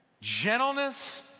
gentleness